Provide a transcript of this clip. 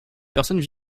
personnes